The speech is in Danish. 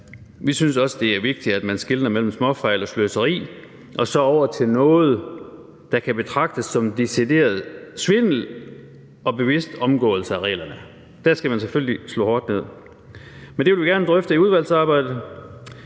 vi synes også, det er vigtigt, at man skelner mellem småfejl og sløseri og noget, der kan betragtes som decideret svindel og bevidst omgåelse af reglerne. Det skal man selvfølgelig slå hårdt ned på. Men det vil vi gerne drøfte i udvalgsarbejdet.